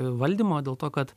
valdymo dėl to kad